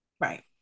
Right